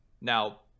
Now